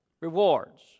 rewards